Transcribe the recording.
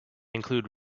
include